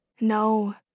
No